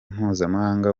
mpuzamahanga